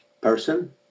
person